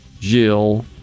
Jill